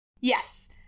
Yes